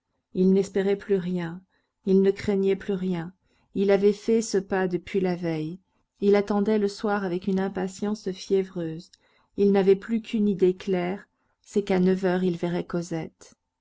il n'espérait plus rien il ne craignait plus rien il avait fait ce pas depuis la veille il attendait le soir avec une impatience fiévreuse il n'avait plus qu'une idée claire c'est qu'à neuf heures il verrait cosette